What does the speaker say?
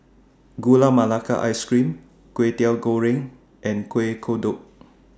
Gula Melaka Ice Cream Kway Teow Goreng and Kueh Kodok